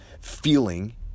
feeling